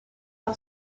par